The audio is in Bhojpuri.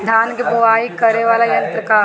धान के बुवाई करे वाला यत्र का ह?